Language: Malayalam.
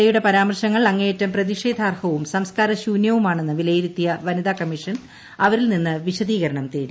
എയുടെ പരാമർശങ്ങൾ അങ്ങേയറ്റം പ്രതിഷേധാർഹവും സംസ്കാരശൂന്യവുമാണെന്ന് വിലയിരുത്തിയ വനിതാ കമ്മീഷൻ അവരിൽ നിന്ന് വിശദീകരണം തേടി